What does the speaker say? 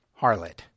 harlot